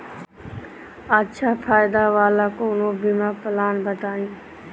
अच्छा फायदा वाला कवनो बीमा पलान बताईं?